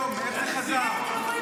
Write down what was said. בסדר-היום.